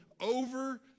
over